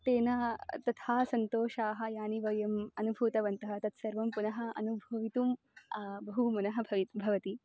तेन तथा सन्तोषाः यानि वयम् अनुभूतवन्तः तत् सर्वं पुनः अनुभवितुं बहु मनः भवि भवति